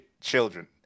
children